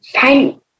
find